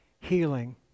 healing